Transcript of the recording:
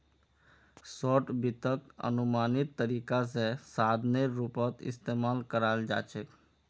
short वित्तक अनुमानित तरीका स साधनेर रूपत इस्तमाल कराल जा छेक